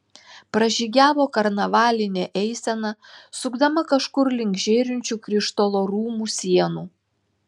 pražygiavo karnavalinė eisena sukdama kažkur link žėrinčių krištolo rūmų sienų